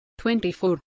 24